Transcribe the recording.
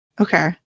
okay